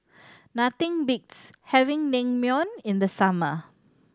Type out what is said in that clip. nothing beats having Naengmyeon in the summer